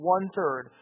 One-third